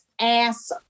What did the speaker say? ass